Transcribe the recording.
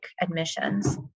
admissions